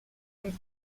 and